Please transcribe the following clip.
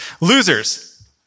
Losers